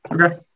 Okay